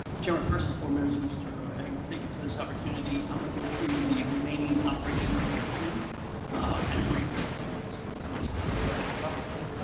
chairman persis, board members, mr. egnor, thank you for this opportunity. i'm gonna go through the remaining operations team kind of briefly so i won't spend as much time as other probably.